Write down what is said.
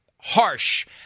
harsh